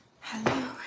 hello